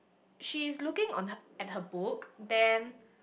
she looking on her at her book then